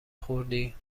خوردی